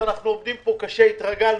החוק מופיע ברמת תוכנית.